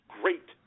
great